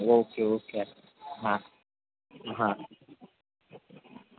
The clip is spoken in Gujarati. ઓકે ઓકે હા હા